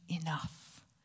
enough